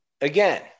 again